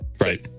right